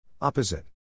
Opposite